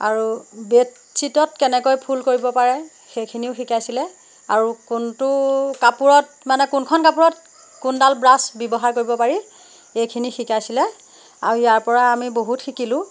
আৰু বেডশ্বিটত কেনেকৈ ফুল কৰিব পাৰে সেইখিনিও শিকাইছিলে আৰু কোনটো কাপোৰত মানে কোনখন কাপোৰত কোনডাল ব্ৰাছ ব্যৱহাৰ কৰিব পাৰি এইখিনি শিকাইছিলে আৰু ইয়াৰ পৰা আমি বহুত শিকিলো